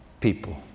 people